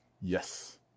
Yes